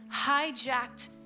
hijacked